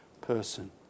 person